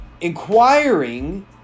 inquiring